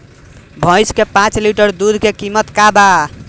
भईस के पांच लीटर दुध के कीमत का बा?